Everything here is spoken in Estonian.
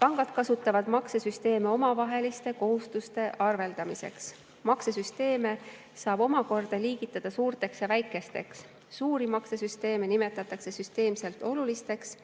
Pangad kasutavad maksesüsteeme omavaheliste kohustuste arveldamiseks. Maksesüsteeme saab omakorda liigitada suurteks ja väikesteks. Suuri maksesüsteeme nimetatakse süsteemselt oluliseks.